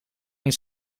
niet